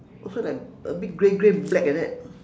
also like a bit grey grey black like that